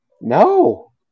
No